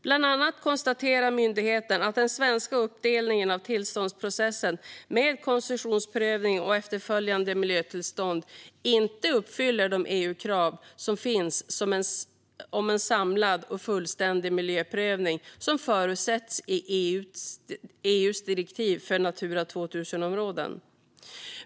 Bland annat konstaterar myndigheten att den svenska uppdelningen av tillståndsprocessen med koncessionsprövning och efterföljande miljötillstånd inte uppfyller de EU-krav som finns om en samlad och fullständig miljöprövning som förutsätts i EU:s direktiv för Natura 2000-områden.